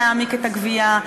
כדי להעמיק את הגבייה,